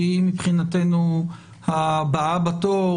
שהיא מבחינתנו הבאה בתור,